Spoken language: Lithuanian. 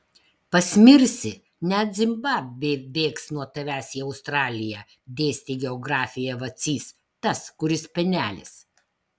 pasmirsi net zimbabvė bėgs nuo tavęs į australiją dėstė geografiją vacys tas kuris penelis